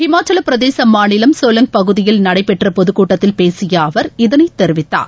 இமாச்சல பிரதேச மாநிலம் சோலங் பகுதியில் நடைபெற்ற பொதுக்கூட்டத்தில் பேசிய அவர் இதளை தெரிவிக்கார்